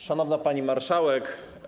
Szanowna Pani Marszałek!